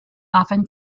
often